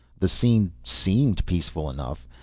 the scene seemed peaceful enough.